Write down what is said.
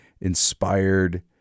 inspired